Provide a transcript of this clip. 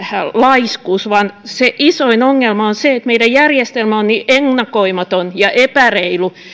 laiskuus vaan se isoin ongelma on se että meidän järjestelmämme on niin ennakoimaton ja epäreilu